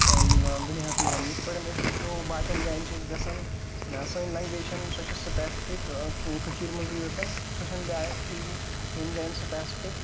دُنیاہَس منٛز یِتھ پٲٹھۍ أسۍ وٕچھو باقٕیَن جایَن چھِ أسۍ گژھان سٲنۍ لَنٛگویج چھَنہٕ سۄ چھےٚ سُپیسفِک کٔشیٖرِ منٛزٕے یوت سۄ چھَںہٕ باقٕے جایَن سُپیسفِک